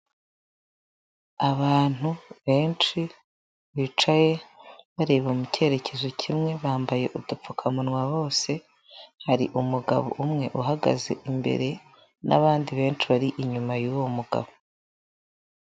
Abantu benshi bicaye bareba mu cyeyerekezo kimwe bambaye udupfukamunwa bose, hari umugabo umwe uhagaze imbere n'abandi benshi bari inyuma y'uwo mugabo.